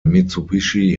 mitsubishi